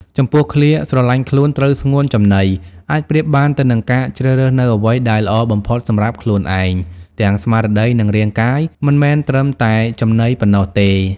ចំពោះឃ្លា ស្រឡាញ់ខ្លួន ត្រូវស្ងួនចំណី អាចប្រៀបបានទៅនឹងការជ្រើសរើសនូវអ្វីដែលល្អបំផុតសម្រាប់ខ្លួនឯង ទាំងស្មារតីនិងរាងកាយ មិនមែនត្រឹមតែចំណីប៉ុណ្ណោះទេ។